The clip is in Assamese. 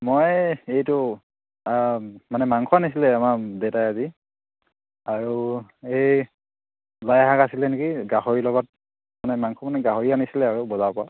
মই এইটো মানে মাংস আনিছিলে আমাৰ দেউতাই আজি আৰু এই লাইশাক আছিলে নেকি গাহৰি লগত মানে মাংস মানে গাহৰি আনিছিলে আৰু বজাৰৰপৰা